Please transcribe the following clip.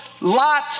Lot